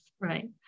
right